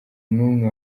n’umwe